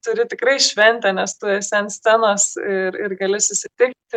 turi tikrai šventę nes tu esi ant scenos ir ir gali susitikti